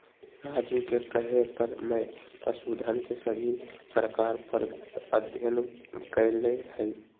राजू के कहे पर मैं पशुधन के सभी प्रकार पर अध्ययन कैलय हई